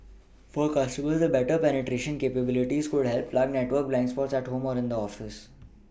for consumers the better penetration capabilities could help plug network blind spots at home or in the office